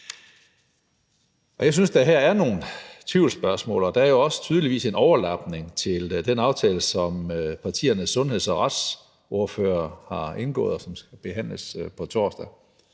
Jeg synes, at der her er nogle tvivlsspørgsmål, og der er jo tydeligvis også en overlapning til den aftale, som partiernes sundheds- og retsordførere har indgået, og som skal behandles på torsdag.